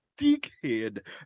dickhead